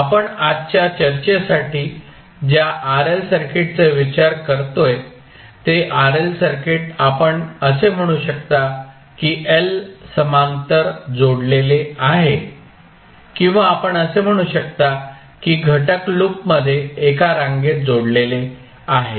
आपण आजच्या चर्चेसाठी ज्या RL सर्किटचा विचार करतोय ते RL सर्किट आपण असे म्हणू शकता की L समांतर जोडलेले आहे किंवा आपण असे म्हणू शकता की घटक लूप मध्ये एका रांगेत जोडलेले आहेत